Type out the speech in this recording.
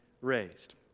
raised